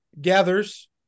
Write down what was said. gathers